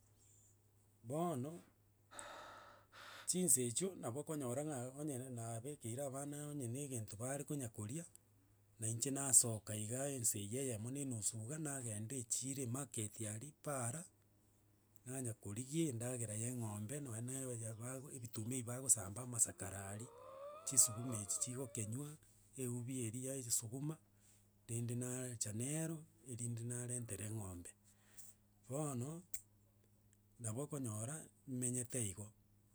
Bono, chinsa echio nabo okonyora ng'a onye nabekeire abana onye na egento bare konya koria, na inche nasoka iga ensa eye eyomo na enusu iga, nagenda echiro emarket aria paara, nanya korigia endagera ya eng'ombe nonye na aya ya bago ebituma ebi bagosamba amasakara aria, chisukuma echi chigokenywa eubi eria ya egesuguma, rende naaacha nero erinde narentera eng'ombe. Bono, nabo okonyora menyete igo.